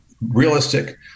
realistic